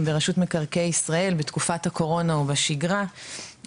ברשות מקרקעי ישראל בתקופת הקורונה ובשגרה.